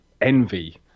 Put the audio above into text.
envy